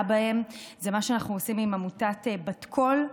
בהם זה מה שאנחנו עושים עם עמותת בת קול.